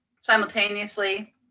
Simultaneously